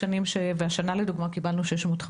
והשנה לדוגמה קיבלנו 650 מיליון,